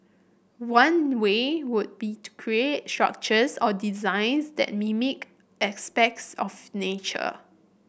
one way would be to create structures or designs that mimic of nature